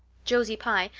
josie pye,